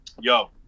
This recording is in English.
Yo